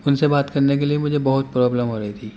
ان سے بات کرنے کے لیے مجھے بہت پرابلم ہو رہی تھی